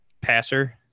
passer –